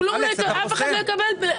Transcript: אף אחד לא יקבל.